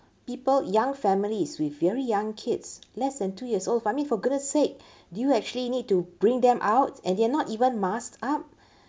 people young families with very young kids less than two years old by mean for goodness sake do you actually need to bring them out and they're not even masked up